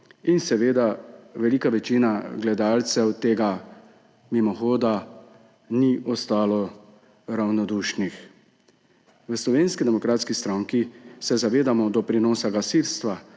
In seveda velika večina gledalcev tega mimohoda ni ostala ravnodušna. V Slovenski demokratski stranki se zavedamo doprinosa gasilstva,